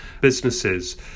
businesses